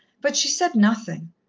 but she said nothing.